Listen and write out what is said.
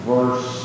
Verse